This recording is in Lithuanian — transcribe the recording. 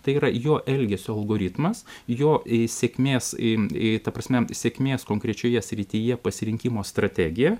tai yra jo elgesio algoritmas jo i sėkmės i i ta prasme sėkmės konkrečioje srityje pasirinkimo strategija